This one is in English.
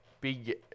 big